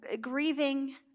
grieving